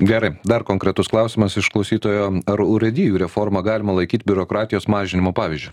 gerai dar konkretus klausimas iš klausytojo ar urėdijų reformą galima laikyt biurokratijos mažinimo pavyzdžiu